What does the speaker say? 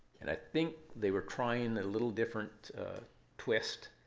and i think they were trying a little different twist.